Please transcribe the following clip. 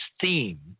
theme